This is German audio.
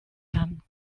kann